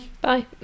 Bye